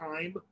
time